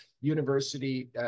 university